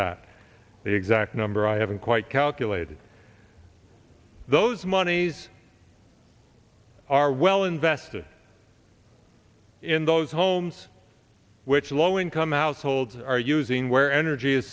that the exact number i haven't quite calculated those moneys are well invested in those homes which low income households are using where energy is